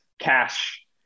cash